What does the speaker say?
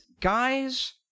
guys